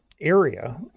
area